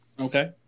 Okay